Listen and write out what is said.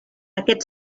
aquest